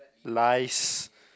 lies